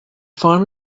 farm